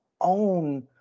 own